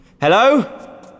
Hello